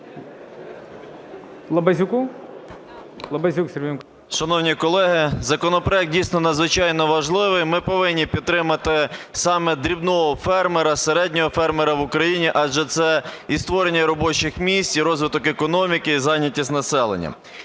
Шановні колеги, законопроект дійсно надзвичайно важливий. Ми повинні підтримати саме дрібного фермера, середнього фермера в Україні, адже це і створення робочих місць, і розвиток економіки, і зайнятість населення.